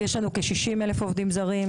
יש לנו כ-60,000 אלף עובדים זרים,